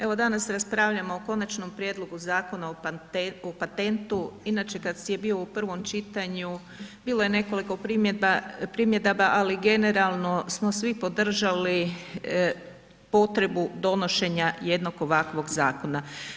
Evo danas raspravljamo o Konačnom prijedlogu Zakona o patentu, inače kada je bio u prvom čitanju bilo je nekoliko primjedaba, ali generalno smo svi podržali potrebu donošenja jednog ovakvog zakona.